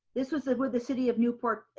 this was like with the city of newport,